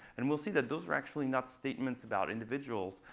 and we'll see that those are actually not statements about individuals.